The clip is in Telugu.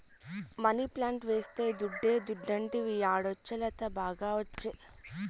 మనీప్లాంట్ వేస్తే దుడ్డే దుడ్డంటివి యాడొచ్చే లత, బాగా ఒచ్చే